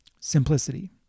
Simplicity